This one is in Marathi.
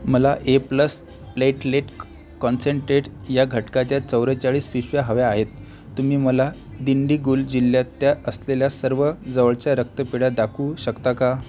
मला ए प्लस प्लेटलेट कॉन्सन्ट्रेट या घटकाच्या चव्वेचाळीस पिशव्या हव्या आहेत तुम्ही मला दिंडीगुल जिल्ह्यात त्या असलेल्या सर्व जवळच्या रक्तपेढ्या दाखवू शकता का